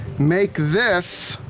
make this,